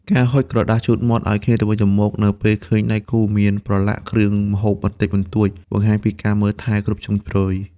ការហុចក្រដាសជូតមាត់ឱ្យគ្នាទៅវិញទៅមក នៅពេលឃើញដៃគូមានប្រឡាក់គ្រឿងម្ហូបបន្តិចបន្តួច បង្ហាញពីការមើលថែគ្រប់ជ្រុងជ្រោយ។